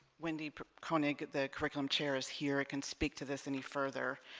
wendy koenig the curriculum chair is here it can speak to this any further